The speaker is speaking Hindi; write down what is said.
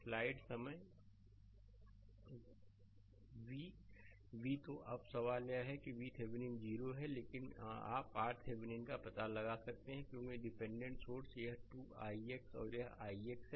स्लाइड समय देखें 0115 V V तो अब सवाल यह है कि VThevenin 0 है लेकिन आप RThevenin का पता लगा सकते हैं क्योंकि डिपेंडेंट सोर्स यह 2 ix है और यह ix है